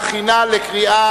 43 בעד, אין מתנגדים,